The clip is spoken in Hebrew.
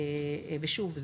ושוב,